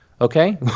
Okay